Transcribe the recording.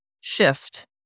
shift